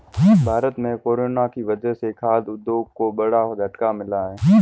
भारत में कोरोना की वजह से खाघ उद्योग को बड़ा झटका मिला है